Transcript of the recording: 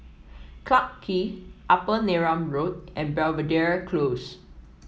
Clarke Quay Upper Neram Road and Belvedere Close